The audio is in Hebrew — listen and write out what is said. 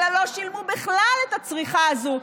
אלא לא שילמו בכלל את הצריכה הזאת,